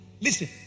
Listen